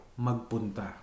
Magpunta